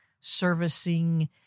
servicing